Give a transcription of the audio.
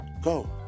Go